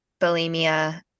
bulimia